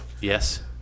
Yes